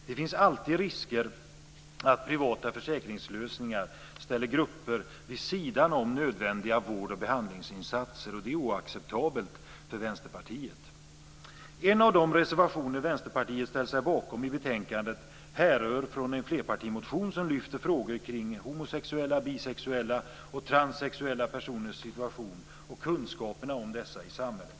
Det finns alltid risker att privata försäkringslösningar ställer grupper vid sidan om nödvändiga vård och behandlingsinsatser. Det är oacceptabelt för En av de reservationer som Vänsterpartiet ställt sig bakom i betänkandet härrör från en flerpartimotion som lyfter fram frågor kring homosexuella, bisexuella och transsexuella personers situation och kunskaperna om dessa i samhället.